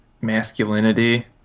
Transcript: masculinity